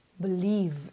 believe